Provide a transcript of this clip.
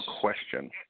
question